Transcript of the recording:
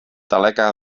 taleca